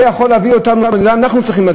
את זה אנחנו צריכים לדעת,